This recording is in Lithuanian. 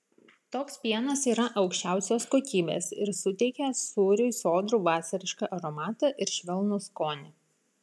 toks pienas yra aukščiausios kokybės ir suteikia sūriui sodrų vasarišką aromatą ir švelnų skonį